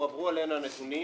הועברו אלינו הנתונים